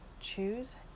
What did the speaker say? Choose